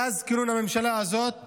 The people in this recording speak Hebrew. מאז כינון הממשלה הזאת